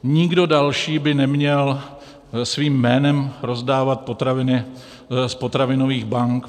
Nikdo další by neměl svým jménem rozdávat potraviny z potravinových bank.